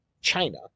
China